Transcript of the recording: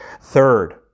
third